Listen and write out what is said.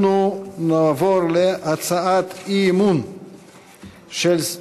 אנחנו נעבור להצעת אי-אמון של,